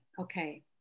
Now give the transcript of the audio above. okay